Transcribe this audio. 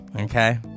okay